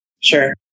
Sure